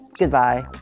Goodbye